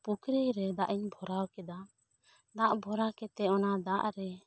ᱯᱚᱠᱨᱤᱭᱟᱨᱮ ᱫᱟᱜ ᱤᱧ ᱵᱷᱚᱨᱟᱣ ᱠᱮᱫᱟ ᱫᱟᱜ ᱵᱷᱚᱨᱟ ᱠᱟᱛᱮ ᱚᱱᱟ ᱫᱟᱜ ᱨᱮ